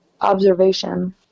observation